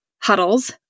huddles